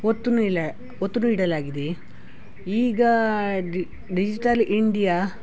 ಒತ್ತು ನೀಲ ಒತ್ತು ನೀಡಲಾಗಿದೆ ಈಗ ಡಿ ಡಿಜಿಟಲ್ ಇಂಡಿಯಾ